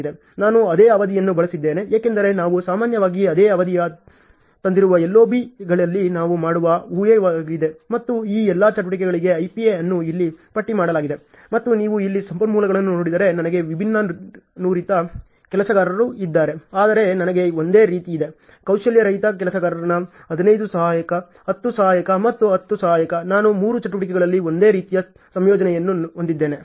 ನಾನು ಅದೇ ಅವಧಿಯನ್ನು ಬಳಸಿದ್ದೇನೆ ಏಕೆಂದರೆ ನಾವು ಸಾಮಾನ್ಯವಾಗಿ ಅದೇ ಅವಧಿಗೆ ತಂದಿರುವ LOB ಗಳಲ್ಲಿ ನಾವು ಮಾಡುವ ಹೂಹೆಯಾಗಿದೆ ಮತ್ತು ಈ ಎಲ್ಲಾ ಚಟುವಟಿಕೆಗಳಿಗೆ IPA ಅನ್ನು ಇಲ್ಲಿ ಪಟ್ಟಿ ಮಾಡಲಾಗಿದೆ ಮತ್ತು ನೀವು ಇಲ್ಲಿ ಸಂಪನ್ಮೂಲವನ್ನು ನೋಡಿದರೆ ನನಗೆ ವಿಭಿನ್ನ ನುರಿತ ಕೆಲಸಗಾರರು ಇದ್ದಾರೆ ಆದರೆ ನನಗೆ ಒಂದೇ ರೀತಿಯಿದೆ ಕೌಶಲ್ಯರಹಿತ ಕೆಲಸಗಾರನ 15 ಸಹಾಯಕ 10 ಸಹಾಯಕ ಮತ್ತು 10 ಸಹಾಯಕ ನಾನು ಮೂರು ಚಟುವಟಿಕೆಗಳಲ್ಲಿ ಒಂದೇ ರೀತಿಯ ಸಂಯೋಜನೆಯನ್ನು ಹೊಂದಿದ್ದೇನೆ